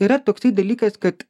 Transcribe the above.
yra toksai dalykas kad